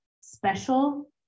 special